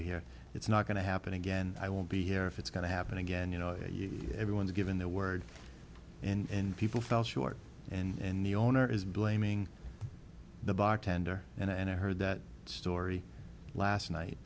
hear it's not going to happen again i won't be here if it's going to happen again you know you everyone's given their word and people fell short and the owner is blaming the bartender and i heard that story last night